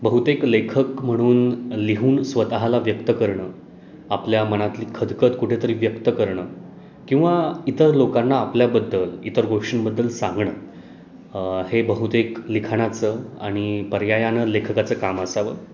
बहुतेक लेखक म्हणून लिहून स्वतःला व्यक्त करणं आपल्या मनातली खदखद कुठेतरी व्यक्त करणं किंवा इतर लोकांना आपल्याबद्दल इतर गोष्टींबद्दल सांगणं हे बहुतेक लिखाणाचं आणि पर्यायानं लेखकाचं काम असावं